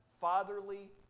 fatherly